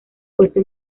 puesto